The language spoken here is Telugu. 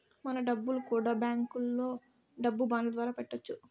మన డబ్బులు కూడా బ్యాంకులో డబ్బు బాండ్ల ద్వారా పెట్టొచ్చు